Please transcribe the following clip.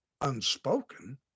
unspoken